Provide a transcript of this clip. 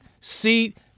seat